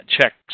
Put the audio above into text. checks